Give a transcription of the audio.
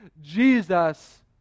Jesus